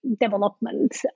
development